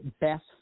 best